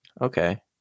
Okay